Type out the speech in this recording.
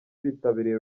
bitabiriye